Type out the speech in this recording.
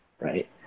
right